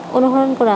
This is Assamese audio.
অনুসৰণ কৰা